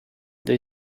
they